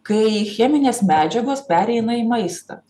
kai cheminės medžiagos pereina į maistą